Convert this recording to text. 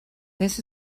this